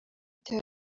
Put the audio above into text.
icyo